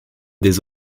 des